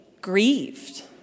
grieved